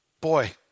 boy